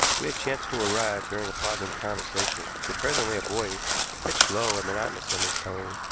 we had chanced to arrive during a pause in the conversation, for presently a voice, pitched low and monotonous in its tone,